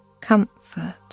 comfort